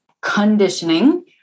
conditioning